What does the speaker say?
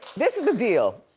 this is the deal.